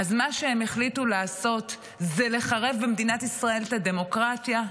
מה שהם החליטו לעשות זה לחרב במדינת ישראל את הדמוקרטיה,